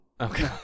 Okay